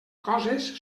coses